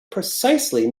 precisely